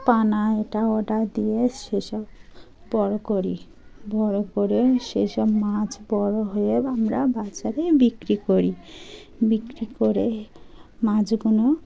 পানা এটা ওটা দিয়ে সেসব বড় করি বড় করে সে সব মাছ বড় হয়ে আমরা বাজারে বিক্রি করি বিক্রি করে মাছগুলো